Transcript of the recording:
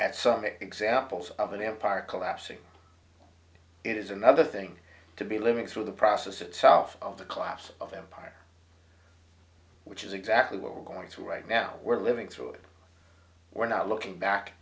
some examples of an empire collapsing it is another thing to be living through the process itself of the collapse of empire which is exactly what we're going through right now we're living through it we're not looking back